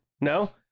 No